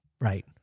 Right